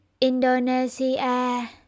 Indonesia